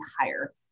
higher